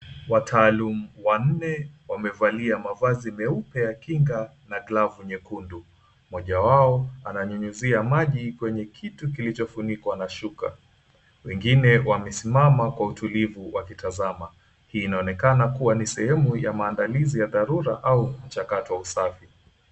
Wataalum wanne wamevalia mavazi meupe ya kinga na glavu nyekundu. Mmoja wao ananyunyizia maji kwenye kitu kilichofunikwa na shuka. Wengine wamesimama kwa utulivu wakitazama, inaonekana kuwa ni sehemu ya maandalizi ya dharura ama mchakato wa usafi.